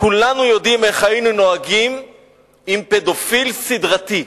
כולנו יודעים איך היינו נוהגים עם פדופיל סדרתי.